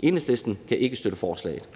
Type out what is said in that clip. Enhedslisten kan ikke støtte forslaget.